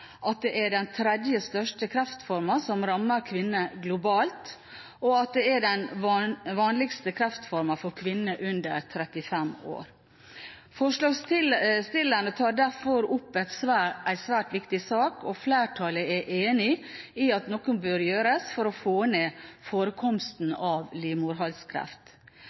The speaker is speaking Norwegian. at det er den tredje største kreftformen som rammer kvinner globalt, og at det er den vanligste kreftformen for kvinner under 35 år. Forslagsstillerne tar derfor opp en svært viktig sak, og flertallet er enig i at noe bør gjøres for å få ned forekomsten av livmorhalskreft.